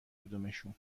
کدومشون